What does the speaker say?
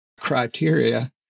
criteria